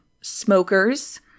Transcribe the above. smokers